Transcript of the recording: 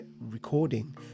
recording